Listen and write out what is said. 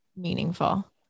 meaningful